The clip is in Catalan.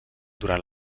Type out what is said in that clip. durant